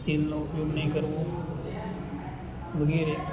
તેલનો ઉપયોગ નહીં કરવો વગેરે